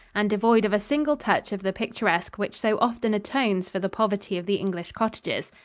and devoid of a single touch of the picturesque which so often atones for the poverty of the english cottages.